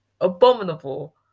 abominable